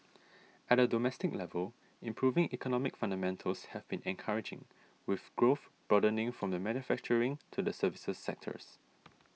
at a domestic level improving economic fundamentals have been encouraging with growth broadening from the manufacturing to the services sectors